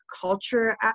culture